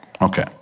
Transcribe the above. Okay